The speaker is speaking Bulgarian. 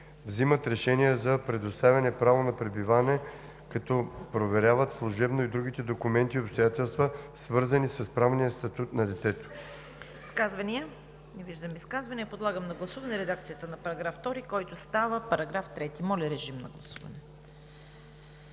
взимат решение за предоставяне право на пребиваване, като проверяват служебно и другите документи и обстоятелства, свързани с правния статут на детето.“